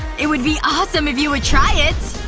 it would be awesome if you would try it!